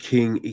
King